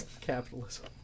capitalism